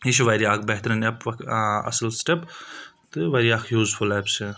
یہِ چھُ واریاہ اَکھ بہتریٖن ایپ اَصٕل سٹیٚپ تہٕ واریاہ اَکھ یوٗزفُل ایپ چھِ